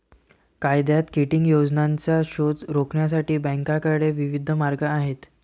कायद्यात किटिंग योजनांचा शोध रोखण्यासाठी बँकांकडे विविध मार्ग आहेत